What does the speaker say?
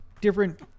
different